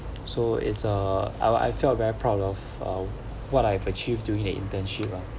so it's uh I I felt very proud of uh what I have achieved during the internship ah